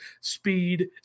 speed